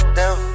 down